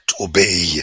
obey